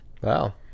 wow